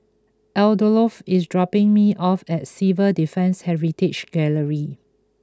Adolfo is dropping me off at Civil Defence Heritage Gallery